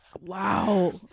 Wow